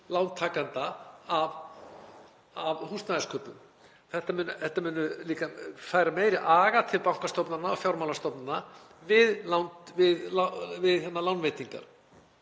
lántakenda af húsnæðiskaupum. Þetta myndi líka færa meiri aga til bankastofnana og fjármálastofnana við lánveitingar,